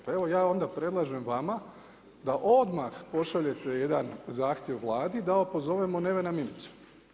Pa evo ja onda predlažem vama da odmah pošaljete jedan zahtjev Vladi da pozovemo Nevena Mimicu.